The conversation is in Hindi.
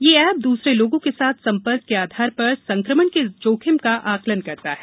यह ऐप दूसरे लोगों के साथ सम्पर्क के आधार पर संक्रमण के जोखिम का आकलन करता है